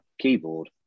keyboard